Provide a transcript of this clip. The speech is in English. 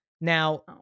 now